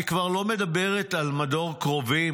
אני כבר לא מדברת על מדור קרובים,